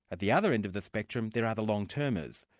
at the other end of the spectrum, there are the long-termers.